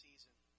season